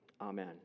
amen